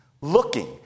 looking